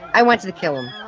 i wanted to kill him. ah